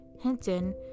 Hinton